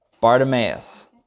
Bartimaeus